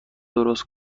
درست